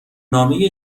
نامه